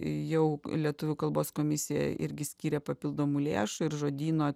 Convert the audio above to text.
jau lietuvių kalbos komisija irgi skyrė papildomų lėšų ir žodyno